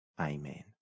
Amen